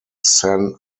san